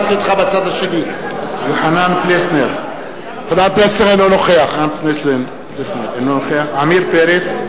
יוחנן פלסנר, אינו נוכח עמיר פרץ,